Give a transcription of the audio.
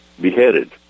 beheaded